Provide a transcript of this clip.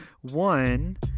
One